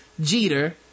Jeter